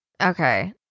Okay